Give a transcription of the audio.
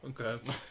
Okay